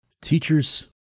Teachers